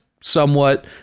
somewhat